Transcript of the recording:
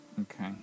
Okay